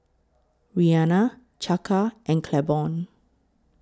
Rianna Chaka and Claiborne